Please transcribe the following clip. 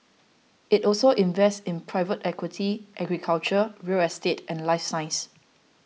it also invests in private equity agriculture real estate and life science